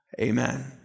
Amen